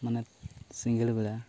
ᱢᱟᱱᱮ ᱥᱤᱸᱜᱟᱹᱲ ᱵᱮᱲᱟ